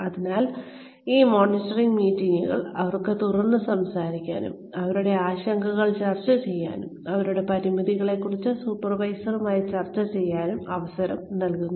അതിനാൽ ഈ മോണിറ്ററിംഗ് മീറ്റിംഗുകൾ അവർക്ക് തുറന്നു സംസാരിക്കാനും അവരുടെ ആശങ്കകൾ ചർച്ച ചെയ്യാനും അവരുടെ പരിമിതികളെക്കുറിച്ച് സൂപ്പർവൈസറുമായി ചർച്ച ചെയ്യാനും അവസരം നൽകുന്നു